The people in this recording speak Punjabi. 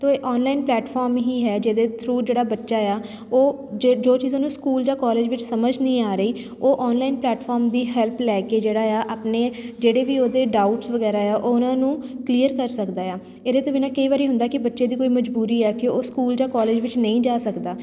ਅਤੇ ਇਹ ਔਨਲਾਈਨ ਪਲੇਟਫਾਰਮ ਹੀ ਹੈ ਜਿਹਦੇ ਥਰੂ ਜਿਹੜਾ ਬੱਚਾ ਹੈ ਉਹ ਜਿ ਜੋ ਚੀਜ਼ ਉਹਨੂੰ ਸਕੂਲ ਜਾਂ ਕੋਲਜ ਵਿੱਚ ਸਮਝ ਨਹੀਂ ਆ ਰਹੀ ਉਹ ਔਨਲਾਈਨ ਪਲੇਟਫਾਰਮ ਦੀ ਹੈਲਪ ਲੈ ਕੇ ਜਿਹੜਾ ਹੈ ਆਪਣੇ ਜਿਹੜੇ ਵੀ ਉਹਦੇ ਡਾਊਟਸ ਵਗੈਰਾ ਹੈ ਉਹ ਉਹਨਾਂ ਨੂੰ ਕਲੀਅਰ ਕਰ ਸਕਦਾ ਆ ਇਹਦੇ ਤੋਂ ਬਿਨਾਂ ਕਈ ਵਾਰੀ ਹੁੰਦਾ ਕਿ ਬੱਚੇ ਦੀ ਕੋਈ ਮਜਬੂਰੀ ਹੈ ਕਿ ਉਹ ਸਕੂਲ ਜਾਂ ਕੋਲਜ ਵਿੱਚ ਨਹੀਂ ਜਾ ਸਕਦਾ